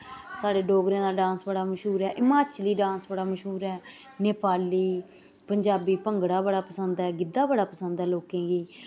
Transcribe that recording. साढ़े डोगरें दा डांस बड़ा मश्हूर ऐ हिमाचली डांस बड़ा मश्हूर ऐ नेपाली पंजाबी भांगड़ा बड़ा पसंद ऐ गिध्दा बड़ा पसंद ऐ लोकें गी